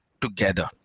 together